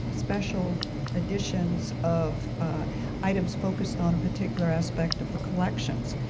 special editions of items focused on a particular aspect of the collections.